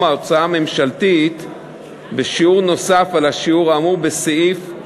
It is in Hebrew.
ההוצאה הממשלתית בשיעור נוסף על השיעור האמור בסעיף,